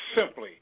simply